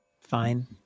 fine